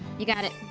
you got it.